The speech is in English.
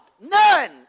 none